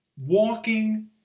walking